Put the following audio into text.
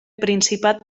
principat